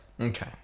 Okay